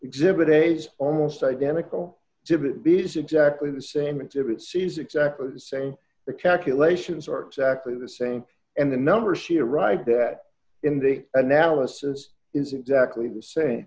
exhibit days almost identical to these exactly the same exhibits she's exactly the same the calculations are exactly the same and the number she a right that in the analysis is exactly the same